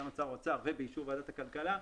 בהסכמת שר האוצר ובאישור ועדת הכלכלה,